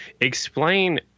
explain